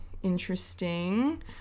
Interesting